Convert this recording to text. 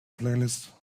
playlist